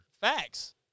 Facts